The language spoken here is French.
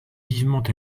vivement